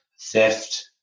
theft